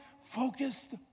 focused